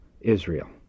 Israel